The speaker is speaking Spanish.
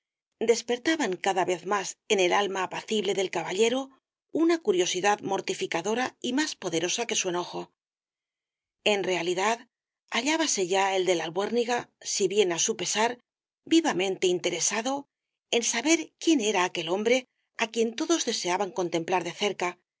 despertaban cada vez más en el alma apacible del caballero una curiosidad mortificadora y más poderosa que su enojo en realidad hallábase ya el de la albuérniga si bien á su pesar vivamente interesado rosalía de castro en saber quién era aquel hombre á quien todos deseaban contemplar de cerca